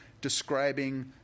describing